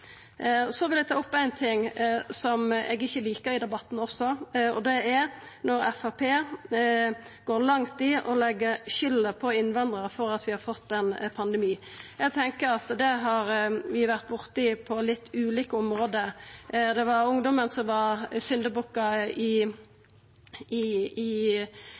som eg heller ikkje likar, og det er når Framstegspartiet går langt i å leggja skylda på innvandrarar for at vi har fått ein pandemi. Eg tenkjer at det har vi vore borti på litt ulike område. Det var ungdomen som var syndebukkar i haust. Det har ikkje vore greitt å vera polske familiar eller koma frå Polen i